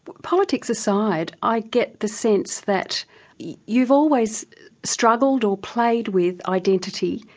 politics aside, i get the sense that you've always struggled, or played with identity,